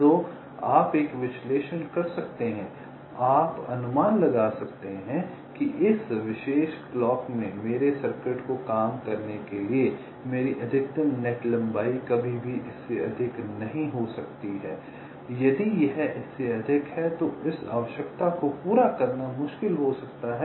तो आप एक विश्लेषण कर सकते हैं और आप अनुमान लगा सकते हैं कि इस विशेष क्लॉक में मेरे सर्किट को काम करने के लिए मेरी अधिकतम नेट लंबाई कभी भी इससे अधिक नहीं हो सकती है यदि यह इससे अधिक है तो इस आवश्यकता को पूरा करना मुश्किल हो सकता है